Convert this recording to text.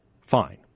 Fine